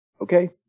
Okay